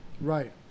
Right